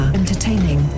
entertaining